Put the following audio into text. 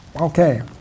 Okay